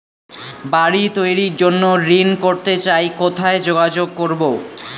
বাড়ি তৈরির জন্য ঋণ করতে চাই কোথায় যোগাযোগ করবো?